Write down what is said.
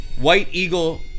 white-eagle